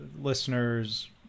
listeners